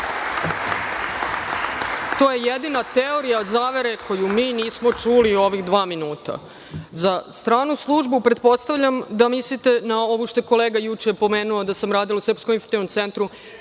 To je jedina teorija zavere koju mi nismo čuli u ovih dva minuta.Za stranu službu, pretpostavljam da mislite na ovu što je kolega juče pomenuo da sam radila u srpskom … centru,